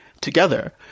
together